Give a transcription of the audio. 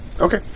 Okay